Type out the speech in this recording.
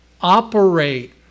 operate